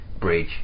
bridge